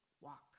walk